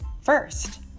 First